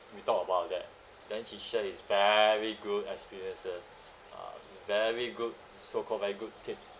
we talk about that then he shared his very good experiences uh very good so-called very good tips